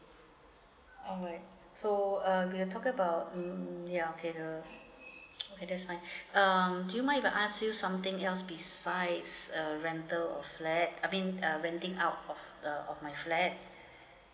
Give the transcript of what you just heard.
alright so uh we are talking about um ya okay never~ okay that's fine um do you mind if I ask you something else besides uh rental of flat I mean uh renting out of the of my flat